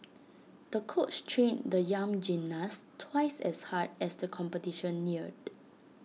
the coach trained the young gymnast twice as hard as the competition neared